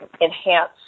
enhance